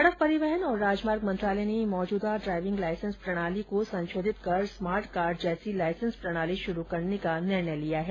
सड़क परिवहन और राजमार्ग मंत्रालय ने मौजूदा ड्राइविंग लाइसेंस प्रणाली को संशोधित कर स्मार्ट कार्ड जैसी लाइसेंस प्रणाली शुरू करने का निर्णय लिया है